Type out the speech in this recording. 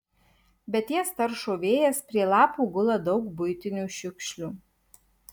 bet jas taršo vėjas prie lapų gula daug buitinių šiukšlių